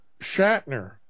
Shatner